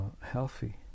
healthy